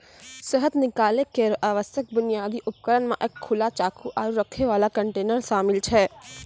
शहद निकालै केरो आवश्यक बुनियादी उपकरण म एक खुला चाकू, आरु रखै वाला कंटेनर शामिल छै